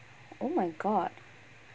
oh my god